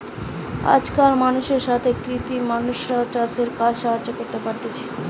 আজকাল মানুষের সাথে কৃত্রিম মানুষরাও চাষের কাজে সাহায্য করতে পারতিছে